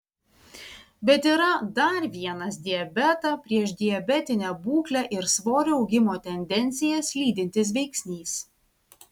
bet yra dar vienas diabetą priešdiabetinę būklę ir svorio augimo tendencijas lydintis veiksnys